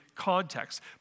context